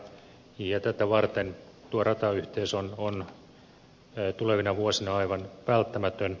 tätä varten tuo ratayhteys on tulevina vuosina aivan välttämätön